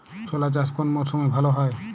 ছোলা চাষ কোন মরশুমে ভালো হয়?